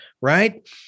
right